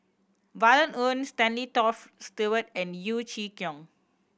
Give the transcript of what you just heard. Violet Oon Stanley Toft Stewart and Yeo Chee Kiong